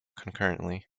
concurrently